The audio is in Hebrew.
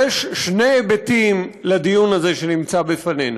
יש שני היבטים לדיון הזה שנמצא בפנינו.